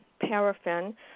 paraffin